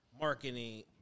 marketing